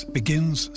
begins